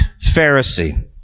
Pharisee